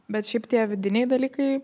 bet šiaip tie vidiniai dalykai